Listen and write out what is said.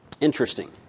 Interesting